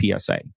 PSA